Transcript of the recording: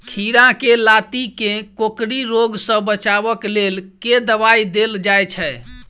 खीरा केँ लाती केँ कोकरी रोग सऽ बचाब केँ लेल केँ दवाई देल जाय छैय?